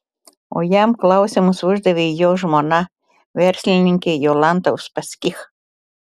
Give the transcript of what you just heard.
o jam klausimus uždavė jo žmona verslininkė jolanta uspaskich